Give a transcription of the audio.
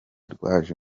rwaje